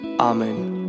Amen